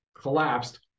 collapsed